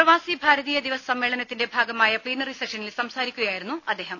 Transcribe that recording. പ്രവാസി ഭാരതീയ ദിവസ് സമ്മേളനത്തിന്റെ ഭാഗമായ പ്ലീനറി സെഷനിൽ സംസാരിക്കുക യായിരുന്നു അദ്ദേഹം